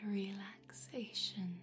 relaxation